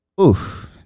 oof